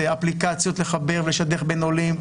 אפליקציות לחבר ולשדך בין עולים.